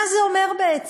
מה זה אומר בעצם?